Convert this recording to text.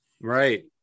Right